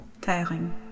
Tiring